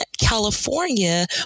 California